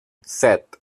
set